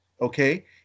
Okay